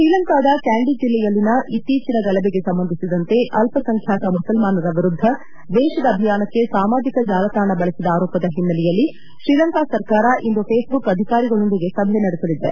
ಶ್ರೀಲಂಕಾದ ಕ್ಕಾಂಡಿ ಜಿಲ್ಲೆಯಲ್ಲಿನ ಇತ್ತೀಚನ ಗಲಭೆಗೆ ಸಂಬಂಧಿಸಿದಂತೆ ಅಲ್ಪಸಂಬ್ಯಾತ ಮುಸಲ್ಮಾನರ ವಿರುದ್ಧ ದ್ವೇಷದ ಅಭಿಯಾನಕ್ಕೆ ಸಾಮಾಜಿಕ ಜಾಲತಾಣವನ್ನು ಬಳಸಿದ ಆರೋಪದ ಹಿನ್ನೆಲೆಯಲ್ಲಿ ಶ್ರೀಲಂಕಾ ಸರ್ಕಾರ ಇಂದು ಫೇಸ್ಬುಕ್ ಅಧಿಕಾರಿಗಳೊಂದಿಗೆ ಸಭೆ ನಡೆಸಲಿದ್ದಾರೆ